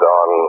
on